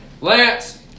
Lance